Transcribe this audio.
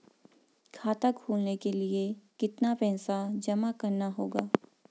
खाता खोलने के लिये कितना पैसा जमा करना होगा?